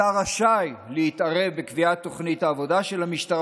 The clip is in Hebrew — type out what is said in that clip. השר רשאי להתערב בקביעת תוכנית העבודה של המשטרה